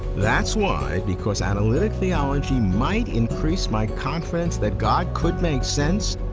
that's why, because analytic theology might increase my confidence that god could make sense,